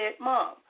Mom